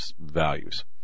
values